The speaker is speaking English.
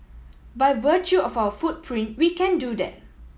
by virtue of our footprint we can do that